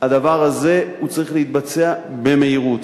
הדבר הזה צריך להתבצע במהירות,